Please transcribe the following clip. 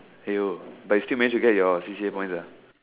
!aiyo! but you still managed to get your C_C_A points lah